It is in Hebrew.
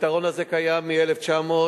הפתרון הזה קיים מ-1986.